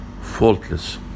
faultless